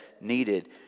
needed